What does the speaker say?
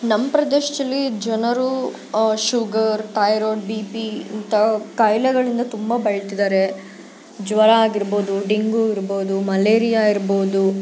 ನಮ್ಮ ಪ್ರದೇಶ್ದಲ್ಲಿ ಜನರು ಶುಗರ್ ಥೈರೋಡ್ ಬಿ ಪಿ ಇಂಥ ಖಾಯಿಲೆಗಳಿಂದ ತುಂಬ ಬಳಲ್ತಿದ್ದಾರೆ ಜ್ವರ ಆಗಿರ್ಬೋದು ಡೆಂಗೂ ಇರ್ಬೋದು ಮಲೇರಿಯ ಇರ್ಬೋದು